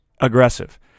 aggressive